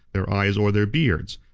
their eyes or their beards,